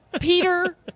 Peter